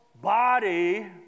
body